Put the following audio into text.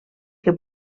que